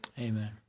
Amen